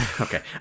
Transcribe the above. Okay